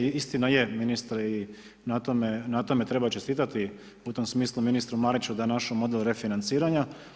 I istina je ministre i na tome treba čestitati, u tom smislu ministru Mariću da je našao model refinanciranja.